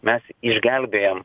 mes išgelbėjam